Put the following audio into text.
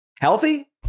Healthy